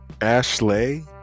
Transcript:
Ashley